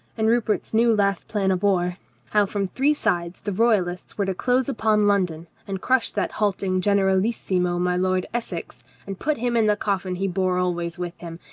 and rupert's new last plan of war how from three sides the royalists were to close upon london and crush that halting generalissimo my lord essex and put him in the coffin he bore always with him,